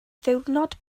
ddiwrnod